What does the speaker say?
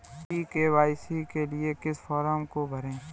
ई KYC के लिए किस फ्रॉम को भरें?